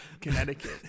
Connecticut